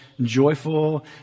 joyful